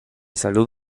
salud